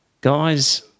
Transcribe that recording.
guys